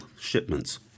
shipments